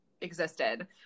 existed